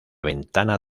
ventana